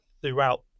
throughout